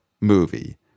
movie